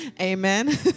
amen